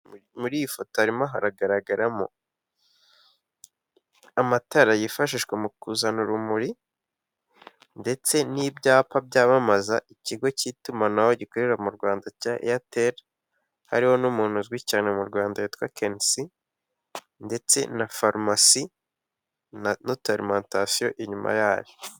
Muri iyi foto harimo hagaragaramo amatara yifashishwa mu kuzana urumuri, ndetse n'ibyapa byamamaza ikigo cy'itumanaho gikorera mu rwanda cya eyateri, hariho n'umuntu uzwi cyane mu Rwanda witwa KNC ndetse na farumasi na n'utu arimantasiyo inyuma yayo.